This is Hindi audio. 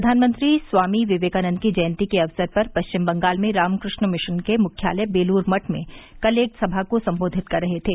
प्रधानमंत्री स्वामी विवेकानंद की जयंती के अक्सर पर पश्चिम बंगाल में रामक्रष्ण मिशन के मुख्यालय बेलूर मठ में कल एक सभा को सम्बोधित कर रहे थे